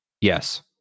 Yes